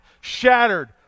shattered